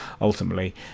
ultimately